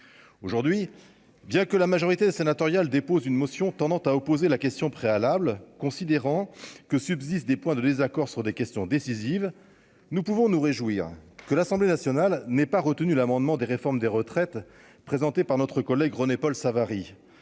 aujourd'hui, bien que la majorité sénatoriale dépose une motion tendant à opposer la question préalable considérant que subsistent des points de désaccord sur des questions décisives, nous pouvons nous réjouir que l'Assemblée nationale n'est pas retenu l'amendement des réformes des retraites présentée par notre collègue René-Paul Savary,